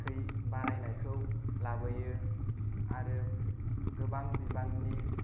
थै बारायनायखौ लाबोयो आरो गोबां बिबांनि